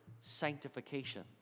sanctification